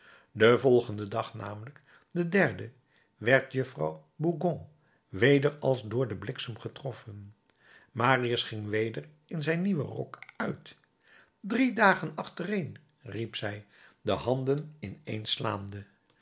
den volgenden dag namelijk den derden werd juffrouw bougon weder als door den bliksem getroffen marius ging weder in zijn nieuwen rok uit drie dagen achtereen riep zij de handen